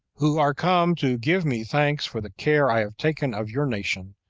who are come to give me thanks for the care i have taken of your nation,